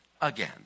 again